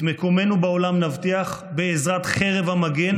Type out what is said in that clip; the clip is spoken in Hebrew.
את מקומנו בעולם נבטיח בעזרת חרב המגן,